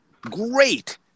great